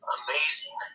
amazing